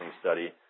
study